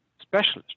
specialist